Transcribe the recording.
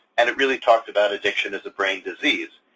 and it really talked about addiction as a brain disease.